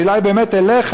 השאלה היא באמת אליך,